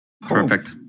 Perfect